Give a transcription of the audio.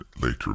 later